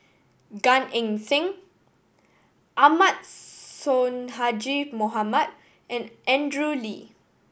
Gan Eng Seng Ahmad Sonhadji Mohamad and Andrew Lee